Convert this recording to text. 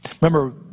Remember